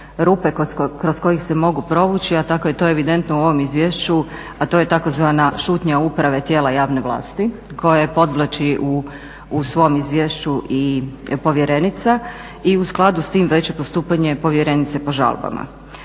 kroz koje se mogu provući, a tako je to evidentno u ovom izvješću, a to je tzv. šutnja uprave tijela javne vlasti koje podvlači u svom izvješću i povjerenica i u skladu s tim veće postupanje povjerenice po žalbama.